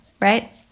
right